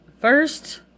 first